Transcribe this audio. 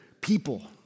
people